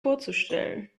vorzustellen